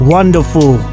Wonderful